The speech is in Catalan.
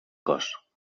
cos